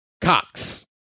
Cox